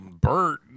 bert